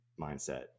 mindset